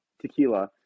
tequila